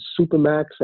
Supermax